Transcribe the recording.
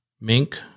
mink